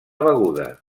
beguda